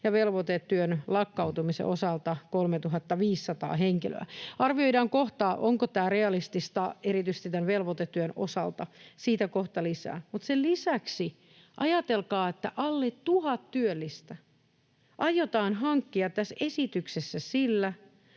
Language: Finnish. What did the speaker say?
ja velvoitetyön lakkautumisen osalta 3 500 henkilöä. Arvioidaan kohta, onko tämä realistista erityisesti tämän velvoitetyön osalta — siitä kohta lisää. Mutta sen lisäksi: Ajatelkaa, että alle tuhat työllistä aiotaan hankkia tässä esityksessä sillä,